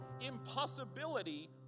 Impossibility